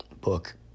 Book